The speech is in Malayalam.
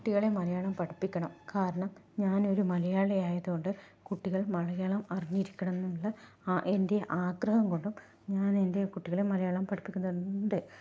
കുട്ടികളെ മലയാളം പഠിപ്പിക്കണം കാരണം ഞാനൊരു മലയാളിയായതു കൊണ്ട് കുട്ടികൾ മലയാളം അറിഞ്ഞിരിക്കണം എന്നുള്ള എൻ്റെ ആഗ്രഹം കൊണ്ടും ഞാനെൻ്റെ കുട്ടികളെ മലയാളം പഠിപ്പിക്കുന്നുണ്ട്